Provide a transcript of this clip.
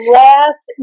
last